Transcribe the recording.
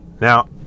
Now